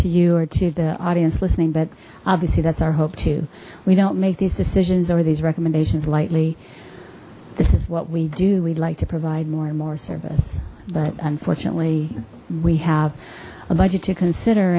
to you or to the audience listening but obviously that's our hope we don't make these decisions over these recommendations lightly this is what we do we'd like to provide more and more service but unfortunately we have a budget to consider